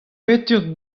wetur